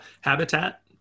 habitat